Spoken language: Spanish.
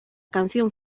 canción